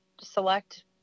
select